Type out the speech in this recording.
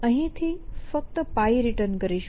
અહીં થી ફક્ત π રીટર્ન કરીશું